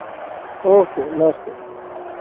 okay नमस्ते